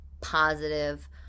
positive